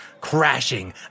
crashing